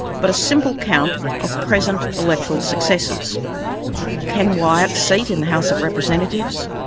but a simple count of present electoral successes ken wyatt's seat in the house of representatives,